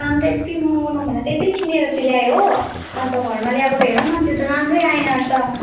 दाम त यत्ति महँगो नभन त्यही पनि किनेर चाहिँ ल्याएँ हो अन्त घरमा ल्याएको त हेर न त्यो त राम्रै आएन रहेछ